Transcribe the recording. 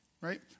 right